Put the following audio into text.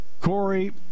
Corey